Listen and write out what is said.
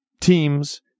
teams